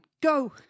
go